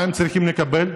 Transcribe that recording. מה הם צריכים לקבל?